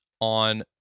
on